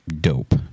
dope